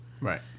Right